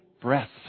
breath